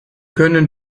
können